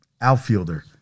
outfielder